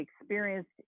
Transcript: experienced